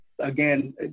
again